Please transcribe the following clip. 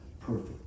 perfect